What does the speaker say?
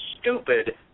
stupid